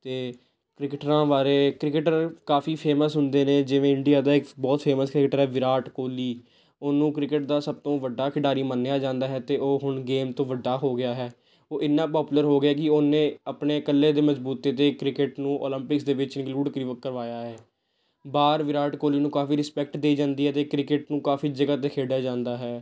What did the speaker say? ਅਤੇ ਕ੍ਰਿਕਟਰਾਂ ਬਾਰੇ ਕ੍ਰਿਕਟਰ ਕਾਫੀ ਫੇਮਸ ਹੁੰਦੇ ਨੇ ਜਿਵੇਂ ਇੰਡੀਆ ਦਾ ਇੱਕ ਬਹੁਤ ਫੇਮਸ ਕ੍ਰਿਕਟਰ ਹੈ ਵਿਰਾਟ ਕੋਹਲੀ ਉਹਨੂੰ ਕ੍ਰਿਕਟ ਦਾ ਸਭ ਤੋਂ ਵੱਡਾ ਖਿਡਾਰੀ ਮੰਨਿਆ ਜਾਂਦਾ ਹੈ ਅਤੇ ਉਹ ਹੁਣ ਗੇਮ ਤੋਂ ਵੱਡਾ ਹੋ ਗਿਆ ਹੈ ਉਹ ਇੰਨਾ ਪਾਪੂਲਰ ਹੋ ਗਿਆ ਕਿ ਉਹਨੇ ਆਪਣੇ ਇਕੱਲੇ ਦੇ ਬਲਬੂਤੇ 'ਤੇ ਕ੍ਰਿਕਟ ਨੂੰ ਓਲੰਪਿਕਸ ਦੇ ਵਿੱਚ ਇੰਕਲੂਡ ਕੀ ਕਰਵਾਇਆ ਹੈ ਬਾਹਰ ਵਿਰਾਟ ਕੋਹਲੀ ਨੂੰ ਕਾਫੀ ਰਿਸਪੈਕਟ ਦੇਈ ਜਾਂਦੀ ਹੈ ਅਤੇ ਕ੍ਰਿਕਟ ਨੂੰ ਕਾਫੀ ਜਗ੍ਹਾ 'ਤੇ ਖੇਡਿਆ ਜਾਂਦਾ ਹੈ